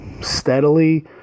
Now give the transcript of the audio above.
steadily